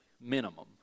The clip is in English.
minimum